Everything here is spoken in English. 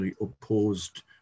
opposed